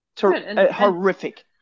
Horrific